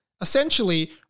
essentially